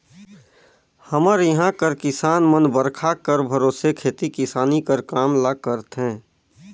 हमर इहां कर किसान मन बरिखा कर भरोसे खेती किसानी कर काम ल करथे